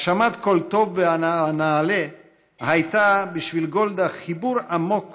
הגשמת כל הטוב והנעלה הייתה בשביל גולדה חיבור עמוק